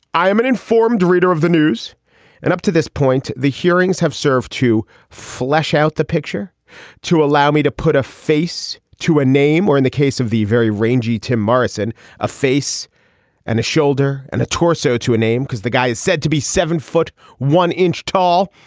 i am an informed reader of the news and up to this point the hearings have served to flesh out the picture to allow me to put a face to a name or in the case of the very rangy tim morrison a face and a shoulder and a torso to a name because the guy is said to be seven foot one inch tall.